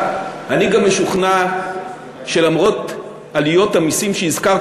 אני גם משוכנע שלמרות עליות המסים שהזכרת,